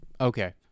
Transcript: Okay